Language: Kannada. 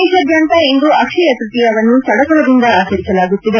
ದೇಶಾದ್ಯಂತ ಇಂದು ಅಕ್ಷಯ ತೃತೀಯವನ್ನು ಸಡಗರದಿಂದ ಆಚರಿಸಲಾಗುತ್ತಿದೆ